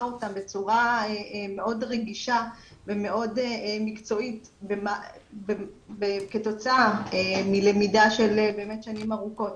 אותם בצורה מאוד רגישה ומאוד מקצועית כתוצאה מלמידה של באמת שנים ארוכות.